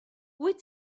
wyt